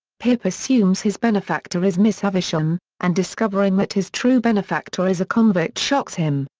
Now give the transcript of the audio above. pip assumes his benefactor is miss havisham, and discovering that his true benefactor is a convict shocks him.